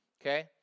Okay